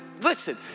listen